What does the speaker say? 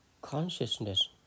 consciousness